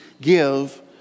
give